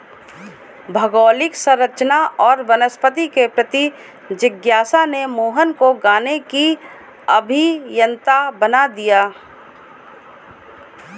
भौगोलिक संरचना और वनस्पति के प्रति जिज्ञासा ने मोहन को गाने की अभियंता बना दिया